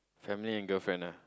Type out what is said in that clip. family and girlfriend ah